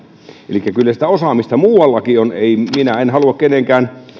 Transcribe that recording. elikkä kyllä sitä osaamista muuallakin on minä en halua kenenkään